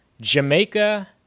Jamaica